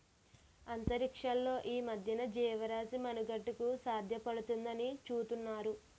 అంతరిక్షంలో ఈ మధ్యన జీవరాశి మనుగడకు సాధ్యపడుతుందాని చూతున్నారు